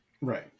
Right